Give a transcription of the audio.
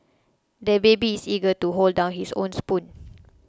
the baby is eager to hold down his own spoon